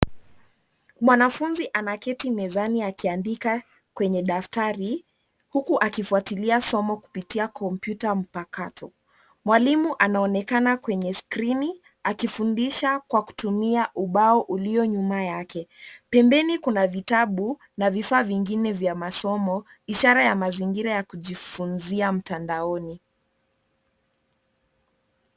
Mwanafunzi anaketi mezani akiandika kwenye daftari huku akifuatilia somo kupitia kompyuta mpakato. Mwalimu anaonekana kwenye skrini, akifundisha kwa kutumia ubao ulio nyuma yake. Pembeni kuna vitabu na vifaa vingine vya masomo ishara ya mazingira ya kujifunzia mtandaoni.